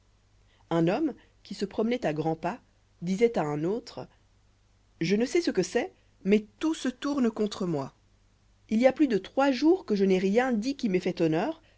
un homme qui se promenoit à grands pas disoit à un autre je ne sais ce que c'est mais tout tourne contre moi il y a plus de trois jours que je n'ai rien dit qui m'ait fait honneur